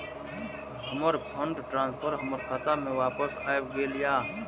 हमर fund transfer हमर खाता में वापस आब गेल या